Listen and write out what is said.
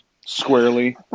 squarely